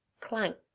clank